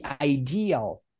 ideal